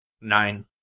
Nine